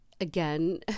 again